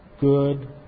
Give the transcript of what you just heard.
Good